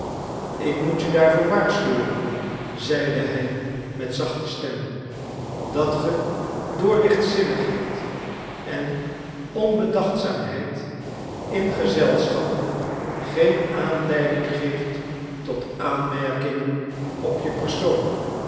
ik moet je daarvoor waarschuwen zeide hij met zachte stem dat ge door lichtzinnigheid en onbedachtzaamheid in gezelschappen geen aanleiding geeft tot aanmerkingen op je persoon